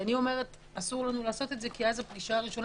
אני אומרת שאסור לנו לעשות את זה כי אז הפגישה הראשונה